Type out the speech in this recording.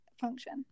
function